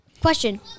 question